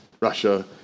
Russia